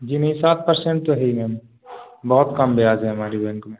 जी नहीं सात परसेंट तो है ही मैम बहुत कम ब्याज है हमारे बैंक में